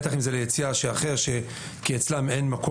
ובטח אם זה ליציע אחר כי אצלם אין מקום